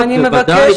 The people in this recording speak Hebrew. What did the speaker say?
בוודאי.